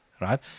right